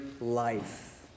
life